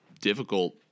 difficult